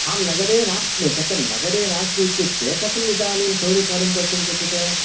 अहं नगरे नास्मि कथं नगरे नास्ति इत्युक्ते कथमिदानीं चौरकार्यं कर्तुं शक्यते